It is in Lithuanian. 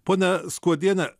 ponia skuodiene